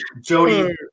Jody